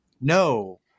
no